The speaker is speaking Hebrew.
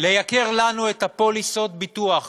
לייקר לנו את פוליסות הביטוח